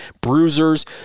bruisers